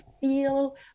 feel